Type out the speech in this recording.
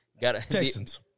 Texans